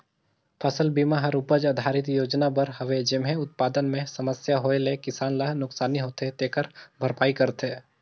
फसल बिमा हर उपज आधरित योजना बर हवे जेम्हे उत्पादन मे समस्या होए ले किसान ल नुकसानी होथे तेखर भरपाई करथे